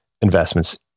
investments